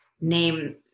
name